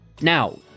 Now